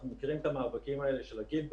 אנחנו מכירים את המאבקים האלה של הגילדות.